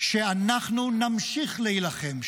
שאנחנו נמשיך להילחם שם,